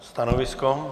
Stanovisko?